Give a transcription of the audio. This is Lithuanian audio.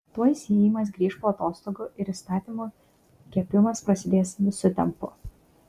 tuoj seimas grįš po atostogų ir įstatymų kepimas prasidės visu tempu